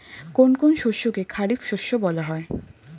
কোন কোন শস্যকে খারিফ শস্য বলা হয়?